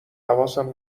حواسم